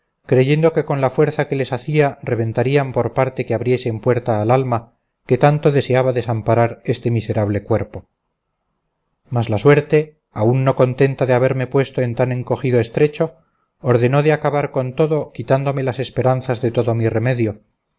creyendo que con la fuerza que les hacía reventarían por parte que abriesen puerta al alma que tanto deseaba desamparar este miserable cuerpo mas la suerte aún no contenta de haberme puesto en tan encogido estrecho ordenó de acabar con todo quitándome las esperanzas de todo mi remedio